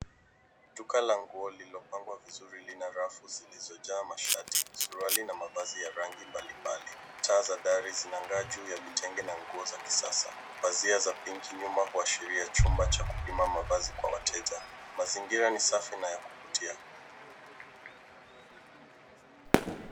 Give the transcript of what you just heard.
Duka la nguo lililopangwa vizuri lina rafu zilizojaa mashati ,suruali na mavazi ya rangi mbalimbali. Taa za dari zinang'aa juu ya vitenge na nguo za kisasa. Pazia za pinki nyuma huwashiria chumba cha kupima mavazi kwa wateja. Mazingira ni safi na ya kuvutia.